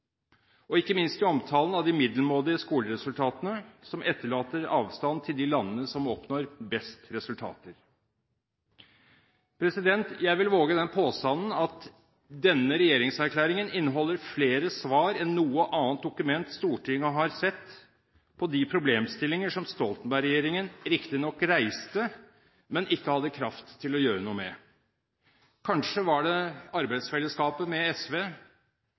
og ikke minst omtalen av de middelmådige skoleresultatene, som etterlater avstand til de landene som oppnår best resultater. Jeg vil våge den påstanden at denne regjeringserklæringen inneholder flere svar enn noe annet dokument Stortinget har sett, på de problemstillinger som Stoltenberg-regjeringen riktignok reiste, men ikke hadde kraft til å gjøre noe med. Kanskje var det arbeidsfellesskapet med SV,